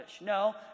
No